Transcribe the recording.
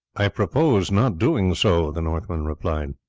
i purpose not doing so, the northman replied.